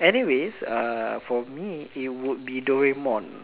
anyways uh for me it would be Doraemon